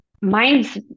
Mine's